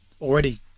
already